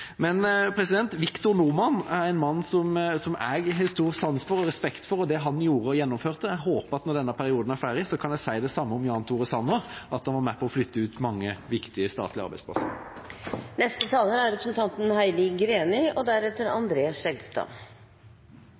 Norman er en mann som jeg har stor sans for, og jeg har stor respekt for det han gjorde og gjennomførte. Jeg håper at når denne perioden er over, kan jeg si det samme om Jan Tore Sanner, at han var med på å flytte ut mange viktige statlige arbeidsplasser.